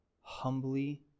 humbly